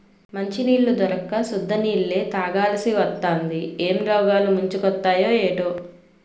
మంచినీళ్లు దొరక్క సుద్ద నీళ్ళే తాగాలిసివత్తాంది ఏం రోగాలు ముంచుకొత్తయే ఏటో